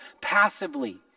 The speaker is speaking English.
passively